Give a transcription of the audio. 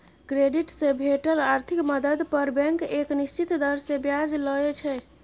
credit से भेटल आर्थिक मदद पर बैंक एक निश्चित दर से ब्याज लइ छइ